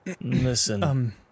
listen